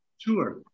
Tour